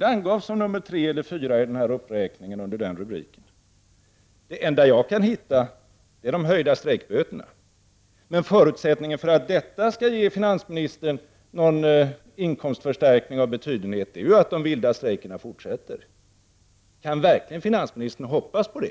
Det angavs som nr 3 eller nr 4 i uppräkningen under den rubriken. Det enda jag kan finna är de höjda böterna för vilda strejker. Men förutsättningen för att detta skulle ge finansministern en betydande inkomstförstärkning är ju att de vilda strejkerna fortsätter. Kan verkligen finansministern hoppas på